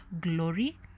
glory